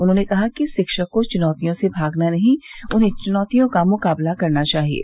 उन्होंने कहा कि शिक्षक को चुनौतियों से भागना नहीं उन्हें चुनौतियों का मुकाबला करना चाहिये